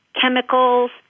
chemicals